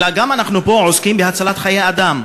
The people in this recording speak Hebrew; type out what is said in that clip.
אלא אנחנו פה עוסקים גם בהצלת חיי אדם.